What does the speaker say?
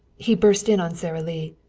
he burst in on sara lee.